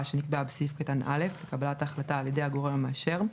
שנקבעה בסעיף קטן (א) לקבלת ההחלטה על ידי הגורם המאשר,